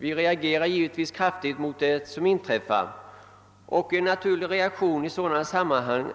Vi reagerar givetvis kraftigt mot det som inträffar i sådana fall, och en naturlig reaktion